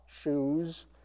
shoes